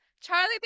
Charlie